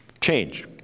Change